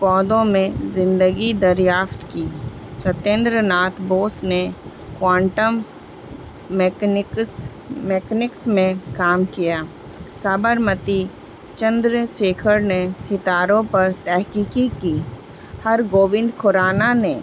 پودوں میں زندگی دریافت کی ستیندر ناتھ بوس نے کوانٹم میکنیکس میکنکس میں کام کیا صابرمتی چندر شیکھر نے ستاروں پر تحقیقی کی ہرگوبند کھرانا نے